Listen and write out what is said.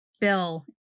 Bill